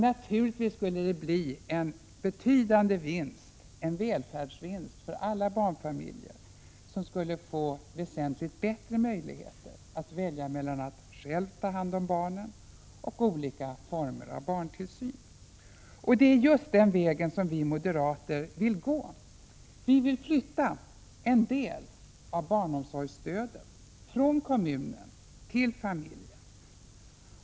Naturligtvis skulle det också bli en betydande välfärdsvinst för alla barnfamiljer, som då skulle få väsentligt bättre möjligheter att välja mellan att själva ta hand om barnen och olika former av barntillsyn. Just den vägen vill vi moderater gå. Vi vill flytta en del av barnomsorgsstödet från kommunen till familjen.